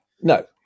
No